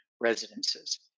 residences